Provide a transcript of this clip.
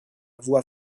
voix